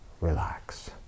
relax